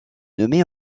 nommée